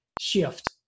shift